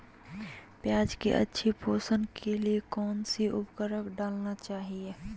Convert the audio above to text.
प्याज की अच्छी पोषण के लिए कौन सी उर्वरक डालना चाइए?